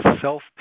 self